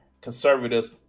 Conservatives